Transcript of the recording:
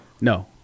No